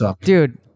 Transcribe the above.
dude